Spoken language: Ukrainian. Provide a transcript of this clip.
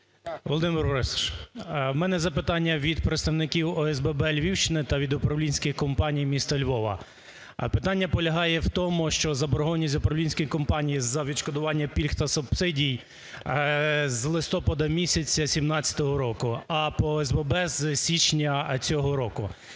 Володимир Борисович, в мене запитання від представників ОСББ Львівщини та від управлінських компаній міста Львова. Питання полягає в тому, що заборгованість управлінських компаній за відшкодування пільг та субсидій з листопада місяця 17-го року, а по ОСББ – з січня цього року.